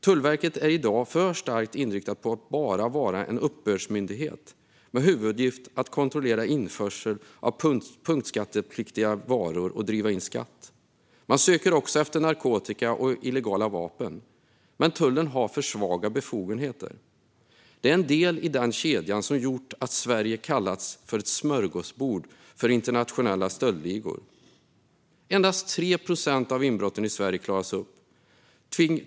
Tullverket är i dag för starkt inriktat på att bara vara en uppbördsmyndighet med huvuduppgift att kontrollera införsel av punktskattepliktiga varor och driva in skatt. Man söker också efter narkotika och illegala vapen, men tullen har för svaga befogenheter. Det är en del i den kedjan som har gjort att Sverige kallas för ett smörgåsbord för internationella stöldligor. Endast 3 procent av inbrotten i Sverige klaras upp.